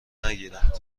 نگیرند